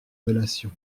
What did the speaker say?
relation